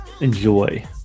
enjoy